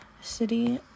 City